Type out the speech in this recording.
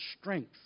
strength